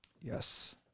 Yes